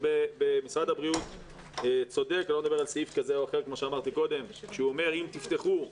משרד הבריאות אומר שאם תפתחו,